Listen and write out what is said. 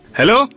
Hello